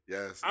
Yes